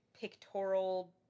pictorial